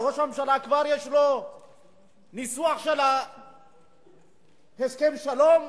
ראש הממשלה כבר יש לו ניסוח של הסכם השלום,